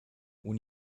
when